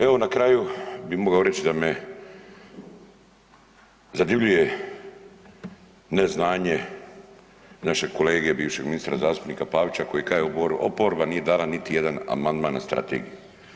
Evo na kraju bi mogao reći da me zadivljuje neznanje našeg kolege bivšeg ministra zastupnika Pavića koji kaže oporba nije dala niti jedan amandman na strategiju.